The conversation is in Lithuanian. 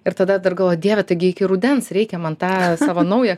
ir tada dar galvoju dieve taigi iki rudens reikia man tą savo naują